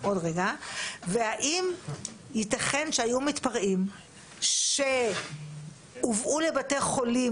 האם יתכן שהיו מתפרעים שהובאו לבתי חולים